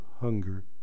hunger